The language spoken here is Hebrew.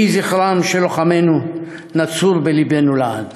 יהי זכרם של לוחמינו נצור בלבנו לעד.